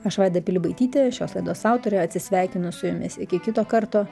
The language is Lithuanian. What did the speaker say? aš vaida pilibaitytė šios laidos autorė atsisveikinu su jumis iki kito karto